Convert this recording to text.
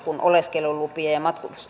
kun oleskelulupia ja